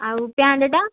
ଆଉ ପ୍ୟାଣ୍ଟଟା